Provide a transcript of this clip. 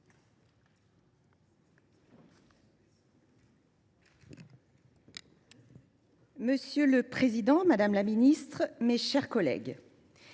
Monsieur le président, madame la ministre, mes chers collègues,